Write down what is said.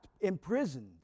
imprisoned